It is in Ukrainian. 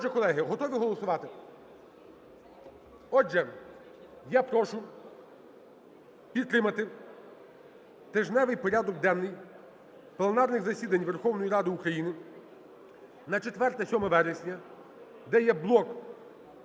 Отже, колеги, готові голосувати? Отже, я прошу підтримати тижневий порядок денний пленарних засідань Верховної Ради України на 4-7 вересня, де є блок